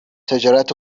تجارت